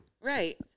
Right